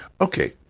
Okay